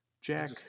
Jack